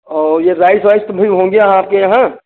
और ये rice vice भी होंगे यहाँ आपके यहाँ